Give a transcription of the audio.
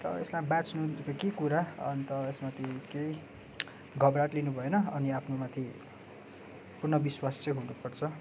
र यसमा के कुरा अन्त यसमा तै केही घबराहट लिनु भएन अनि आफू माथि पूर्ण विश्वास चाहिँ हुनुपर्छ